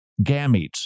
gametes